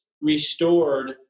restored